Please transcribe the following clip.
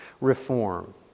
reform